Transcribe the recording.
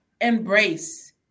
embrace